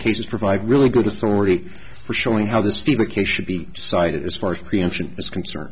cases provide really good authority for showing how this diva case should be cited as far as preemption is concerned